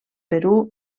perú